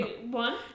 One